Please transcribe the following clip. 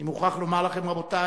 אני מוכרח לומר לכם, רבותי,